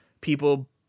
people